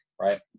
right